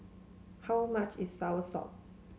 how much is Soursop